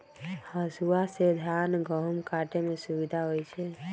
हसुआ से धान गहुम काटे में सुविधा होई छै